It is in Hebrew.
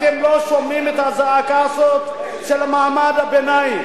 אתם לא שומעים את הזעקה של מעמד הביניים.